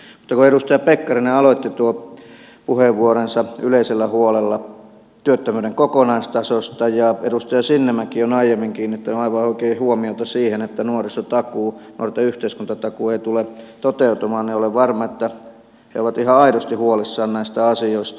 mutta kun edustaja pekkarinen aloitti tuon puheenvuoronsa yleisellä huolella työttömyyden kokonaistasosta ja edustaja sinnemäki on aiemmin kiinnittänyt aivan oikein huomiota siihen että nuorisotakuu nuorten yhteiskuntatakuu ei tule toteutumaan niin olen varma että he ovat ihan aidosti huolissaan näistä asioista